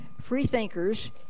freethinkers